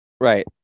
Right